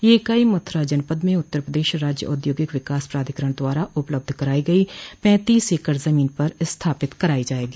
यह इकाई मथुरा जनपद में उत्तर प्रदेश राज्य औद्योगिक विकास प्राधिकरण द्वारा उपलब्ध कराई गई पैतीस एकड़ जमीन पर स्थापित कराई जायेगी